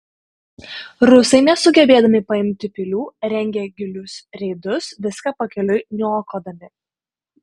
rusai nesugebėdami paimti pilių rengė gilius reidus viską pakeliui niokodami